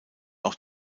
auch